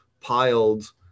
piled